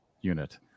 unit